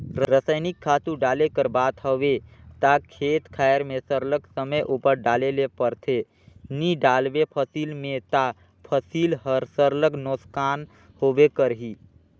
रसइनिक खातू डाले कर बात हवे ता खेत खाएर में सरलग समे उपर डाले ले परथे नी डालबे फसिल में ता फसिल हर सरलग नोसकान होबे करही